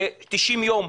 90 יום,